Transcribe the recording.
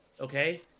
okay